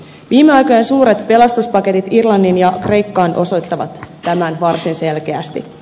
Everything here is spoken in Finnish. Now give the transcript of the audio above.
viime aikojen suuret pelastuspaketit irlannin ja kreikkaan osoittavat tämän varsin selkeästi